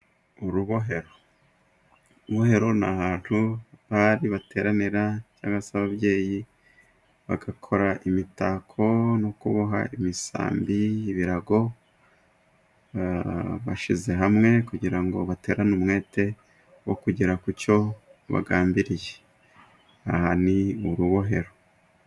Urubohero: mu rubohero ni ahantu abari bateranira, cyangwa se ababyeyi, bagakora imitako no kuboha imisambi, ibirago bashyize hamwe kugira ngo baterane umwete wo kugera ku cyo bagambiriye aha ni urubohero.